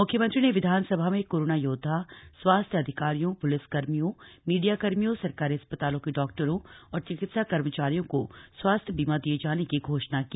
मुख्यमंत्री ने विधानसभा में कोरोना योदधा स्वास्थ्य अधिकारियोंए प्रलिस कर्मियोंए मीडियाकर्मियोंए सरकारी अस्पतालों के डॉक्टरों और चिकित्सा कर्मचारियों को स्वास्थ्य बीमा दिए जाने की घोषणा की